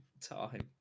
time